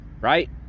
right